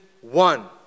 one